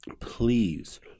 please